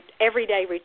everyday